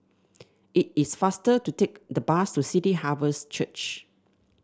it is faster to take the bus to City Harvest Church